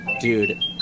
Dude